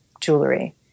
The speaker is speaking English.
jewelry